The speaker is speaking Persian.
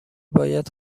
باید